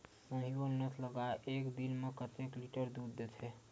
साहीवल नस्ल गाय एक दिन म कतेक लीटर दूध देथे?